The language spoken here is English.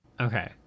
Okay